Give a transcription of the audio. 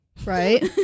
Right